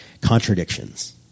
contradictions